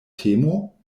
temo